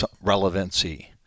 relevancy